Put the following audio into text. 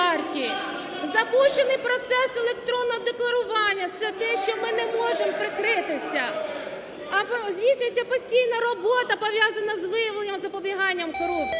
запущений процес електронного декларування. Це те, що ми не можем прикритися. (Шум у залі) Здійснюється постійна робота, пов'язана з виявленням запобіганням корупції.